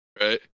right